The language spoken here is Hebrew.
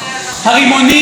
הרימונים,